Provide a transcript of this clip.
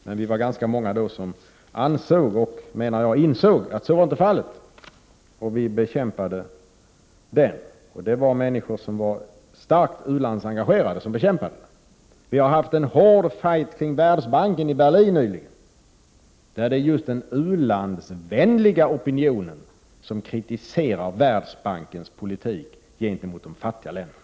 Men vi var ganska många som både ansåg och insåg att så inte var fallet. Vi kämpade därför mot i det avseendet. Vi som kämpade emot var människor som var starkt engagerade i u-landsfrågor. Nyligen hade vi en hård fight i Berlin om Världsbanken. Den ulandsvänliga opinionen kritiserade Världsbankens politik gentemot de fattiga länderna.